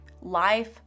Life